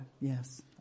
Yes